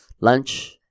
lunch